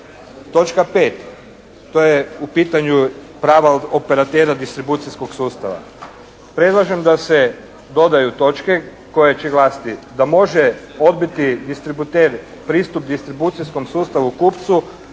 Točka 5., to je u pitanju pravo operatera distribucijskog sustava. Predlažem da se dodaju točke koje će glasiti, da može odbiti distributer pristup distribucijskom sustavu kupcu